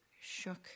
shook